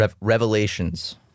revelations